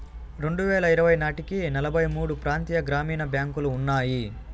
రెండువేల ఇరవై నాటికి నలభై మూడు ప్రాంతీయ గ్రామీణ బ్యాంకులు ఉన్నాయి